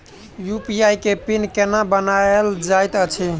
UPI केँ PIN केना बनायल जाइत अछि